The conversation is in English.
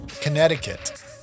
Connecticut